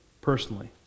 personally